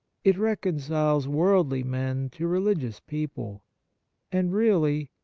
it reconciles worldly men to religious people and, really,